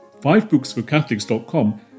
fivebooksforcatholics.com